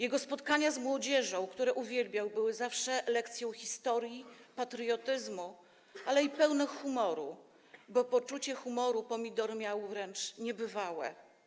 Jego spotkania z młodzieżą, które uwielbiał, były zawsze lekcją historii, patriotyzmu, ale i pełne humoru, bo poczucie humoru „Pomidor” miał wręcz niebywałe.